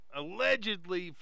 allegedly